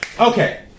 Okay